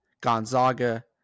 gonzaga